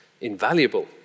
invaluable